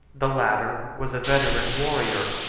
the latter was a veteran warrior,